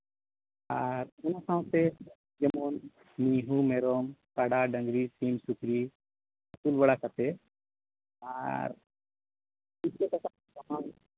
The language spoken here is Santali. ᱟᱨ ᱚᱱᱟ ᱥᱟᱶᱛᱮ ᱡᱮᱢᱚᱱ ᱢᱤᱦᱩᱸ ᱢᱮᱨᱚᱢ ᱠᱟᱰᱟ ᱰᱟᱹᱝᱨᱤ ᱥᱤᱢ ᱥᱩᱠᱨᱤ ᱟᱹᱥᱩᱞ ᱵᱟᱲᱟ ᱠᱟᱛᱮ ᱟᱨ ᱯᱩᱭᱥᱟᱹ ᱴᱟᱠᱟ ᱠᱚᱦᱚᱸ